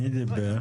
מי דיבר?